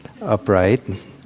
upright